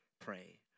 pray